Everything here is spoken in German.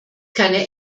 keine